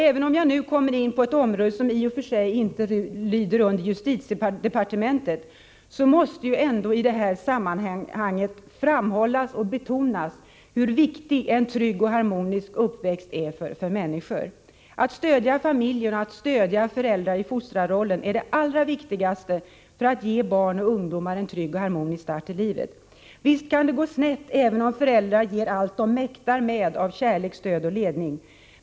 Även om jag nu kommer in på ett område som i och för sig inte lyder under justitiedepartementet, måste det i detta sammanhang ändå framhållas och betonas hur viktig en trygg och harmonisk uppväxt är för människor. Att stödja familjen och att stödja föräldrar i fostrarrollen är det allra viktigaste för att ge barn och ungdomar en trygg och harmonisk start i livet. Visst kan det gå snett även om föräldrarna ger allt de mäktar med av kärlek, stöd och ledning.